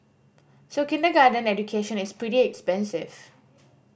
so kindergarten education is pretty expensive